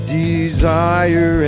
desire